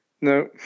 No